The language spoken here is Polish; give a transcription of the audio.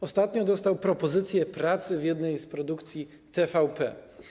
Ostatnio dostał propozycję pracy w jednej z produkcji TVP.